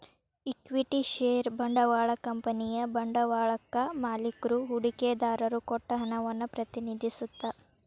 equity ಷೇರ ಬಂಡವಾಳ ಕಂಪನಿಯ ಬಂಡವಾಳಕ್ಕಾ ಮಾಲಿಕ್ರು ಹೂಡಿಕೆದಾರರು ಕೊಟ್ಟ ಹಣವನ್ನ ಪ್ರತಿನಿಧಿಸತ್ತ